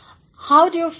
how do you feel